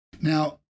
Now